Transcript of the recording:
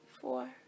four